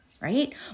right